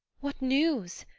what news?